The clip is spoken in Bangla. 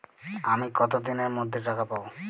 আমি কতদিনের মধ্যে টাকা পাবো?